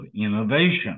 innovation